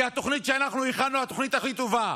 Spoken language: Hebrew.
כי התוכנית שאנחנו הכנו היא התוכנית הכי טובה.